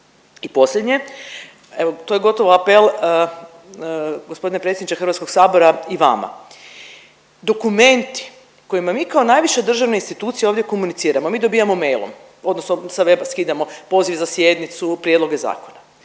I posljednje evo to je gotovo apel gospodine predsjedniče Hrvatskog sabora i vama. Dokumenti kojima mi kao najviše državne institucije ovdje komuniciramo mi dobijamo mailom odnosno sa weba skidamo poziv za sjednicu, prijedloge zakona,